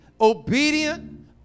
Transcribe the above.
obedient